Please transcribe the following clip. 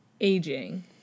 aging